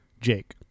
Jake